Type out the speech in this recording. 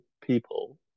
people